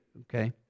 Okay